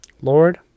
Lord